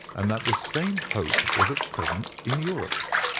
and that this same hope was at present in europe.